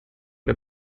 der